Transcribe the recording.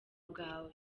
bwawe